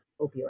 opioids